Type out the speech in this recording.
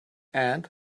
and